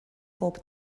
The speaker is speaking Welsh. pob